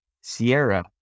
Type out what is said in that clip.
Sierra